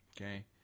okay